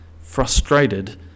frustrated